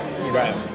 right